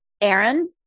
Aaron